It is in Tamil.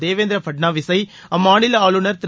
தேவேந்திர பட்நாவிஸை அம்மாநில ஆளுநர் திரு